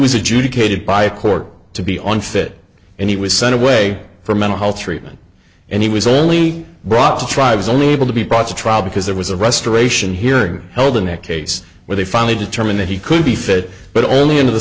was adjudicated by a court to be on fit and he was sent away for mental health treatment and he was only brought to tribes only able to be brought to trial because there was a restoration hearing held in their case where they finally determined that he could be fed but only under the